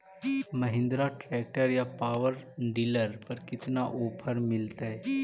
Mahindra tractor या power dealer पर कितना ओफर मीलेतय?